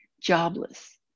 jobless